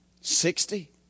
Sixty